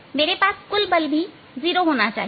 मेरे पास कुल बल भी 0 होना चाहिए